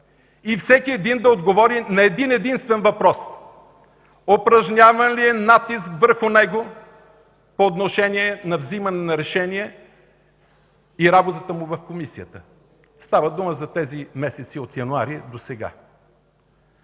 и всеки един да отговори на един-единствен въпрос: „Упражняван ли е натиск върху него по отношение на вземане на решения и работата му в комисията?”. Става дума за тези месеци от януари досега.